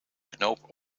knoop